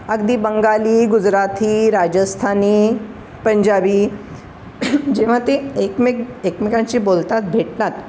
अगदी बंगाली गुजराती राजस्थानी पंजाबी जेव्हा ते एकमेक एकमेकांशी बोलतात भेटतात